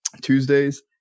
Tuesdays